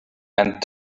and